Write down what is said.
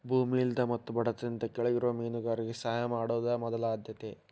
ಭೂಮಿ ಇಲ್ಲದ ಮತ್ತು ಬಡತನದಿಂದ ಕೆಳಗಿರುವ ಮೇನುಗಾರರಿಗೆ ಸಹಾಯ ಮಾಡುದ ಮೊದಲ ಆದ್ಯತೆ